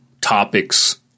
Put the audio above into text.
topics